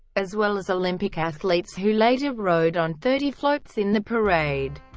as well as olympic athletes who later rode on thirty floats in the parade.